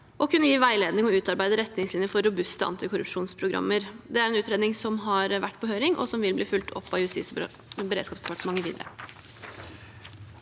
og kunne gi veiledning og utarbeide retningslinjer for robuste antikorrupsjonsprogrammer. Det er en utredning som har vært på høring, og som vil bli fulgt opp av Justis- og beredskapsdepartementet videre.